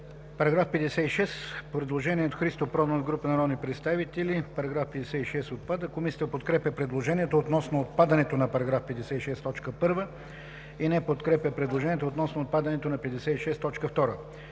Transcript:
По § 56 има предложение от Христо Проданов и група народни представители: „Параграф 56 – отпада.“ Комисията подкрепя предложението относно отпадането на § 56, т. 1 и не подкрепя предложението относно отпадането на §